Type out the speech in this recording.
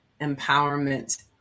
empowerment